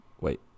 Wait